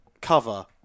cover